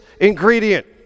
ingredient